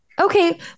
Okay